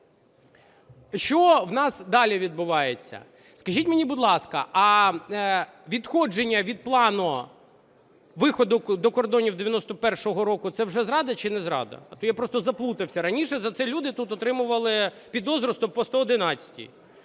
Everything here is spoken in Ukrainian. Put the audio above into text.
Що в нас далі відбувається? Скажіть мені, будь ласка, а відходження від плану виходу до кордонів 91-го року – це вже зрада чи не зрада? Я просто заплутався. Раніше за це люди тут отримували підозру по 111-й,